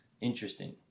Interesting